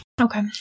Okay